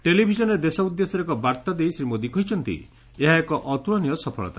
ଟେଲିଭିଜନରେ ଦେଶ ଉଦ୍ଦେଶ୍ୟରେ ଏକ ବାର୍ତ୍ତା ଦେଇ ଶ୍ରୀ ମୋଦି କହିଛନ୍ତି ଏହା ଏକ ଅତୁଳନୀୟ ସଫଳତା